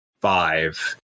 five